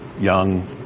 young